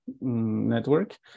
network